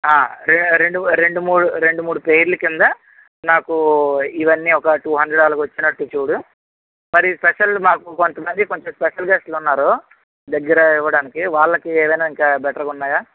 ఆ రే రెండు రెండు మూడు రెండు మూడు పెయిర్లు కింద నాకూ ఇవన్నీ ఒక టూ హండ్రెడ్ అలాగొచ్చినట్టు చూడు మరి స్పెషల్ మాకు కొంత మంది కొంచెం స్పెషల్ గెస్ట్లు ఉన్నారు దగ్గర ఇవ్వడానికి వాళ్ళకి ఏదైనా ఇంకా బెటర్ గా ఉన్నాయా